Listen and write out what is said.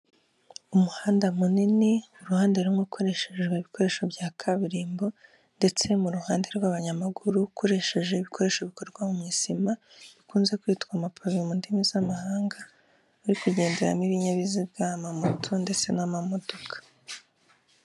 Umuhanda munini uruhande rumwe ukoreshejwe ibikoresho bya Kaburimbo, ndetse mu ruhande rw’abanyamaguru ukoresheje ibikoresho bikorwa mu isima, bikunze kwitwa "amapale" mu ndimi z’amahanga. Uri kugenderamo ibinyabiziga, amamoto, ndetse n’amamodoka.